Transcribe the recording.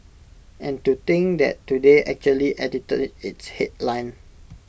and to think that today actually edited its headline